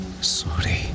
sorry